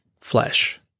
flesh